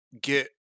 get